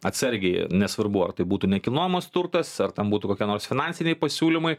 atsargiai nesvarbu ar tai būtų nekilnojamas turtas ar tem būtų kokie nors finansiniai pasiūlymai